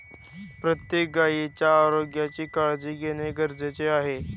प्रत्येक गायीच्या आरोग्याची काळजी घेणे गरजेचे आहे